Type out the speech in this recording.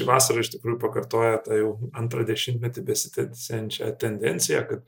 vasara iš tikrųjų pakartoja tą jau antrą dešimtmetį besitęsiančią tendenciją kad